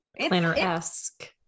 planner-esque